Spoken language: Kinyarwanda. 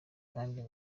kandi